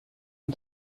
aan